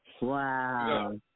Wow